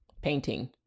Painting